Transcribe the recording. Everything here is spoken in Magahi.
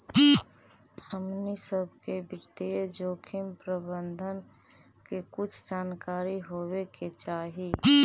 हमनी सब के वित्तीय जोखिम प्रबंधन के कुछ जानकारी होवे के चाहि